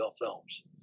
Films